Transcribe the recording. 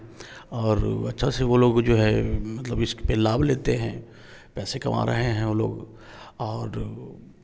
और अच्छा से वे लोग जो हैं मतलब इस पर लाभ लेते हैं पैसे कमा रहे हैं वे लोग और